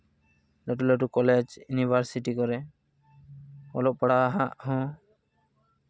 ᱞᱟᱹᱴᱩ ᱞᱟᱹᱴᱩ college university ᱠᱚᱨᱮ ᱚᱞᱚᱜ ᱯᱟᱲᱦᱟᱜ ᱦᱚᱸ